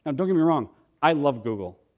um don't get me wrong i love google.